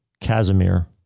Casimir